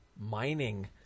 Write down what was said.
mining